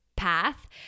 Path